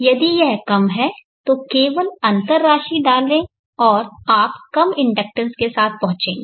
यदि यह कम है तो केवल अंतर राशि डालें और आप कम इंडक्टेंस के साथ पहुंचेंगे